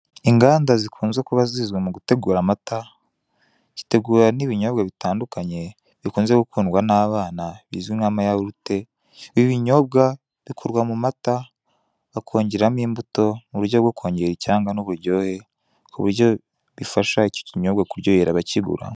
Inganda zikunze kuba zizwi mu gutegura amata, zitegura n'ibinyobwa bitandukanye bikunze gukundwa n'abana bizwi nka ma yawurute, ibi binyobwa bikorwa mu mata bakongeramo imbuto mu buryo bwo kongera icyanga n'uburyohe; ku buryo bifasha icyo kinyobwa kuryohera abakigura.